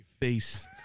face